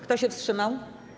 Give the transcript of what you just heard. Kto się wstrzymał?